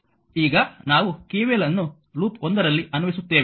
ಈಗ ನಾವು KVL ಅನ್ನು ಲೂಪ್ 1 ರಲ್ಲಿ ಅನ್ವಯಿಸುತ್ತೇವೆ